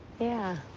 yeah.